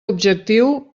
objectiu